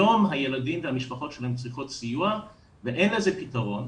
היום הילדים והמשפחות שלהם צריכות סיוע ואין לזה פתרון,